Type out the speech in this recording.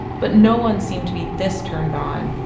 but no one seemed to be this turned on,